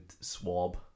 swab